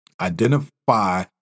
identify